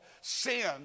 sin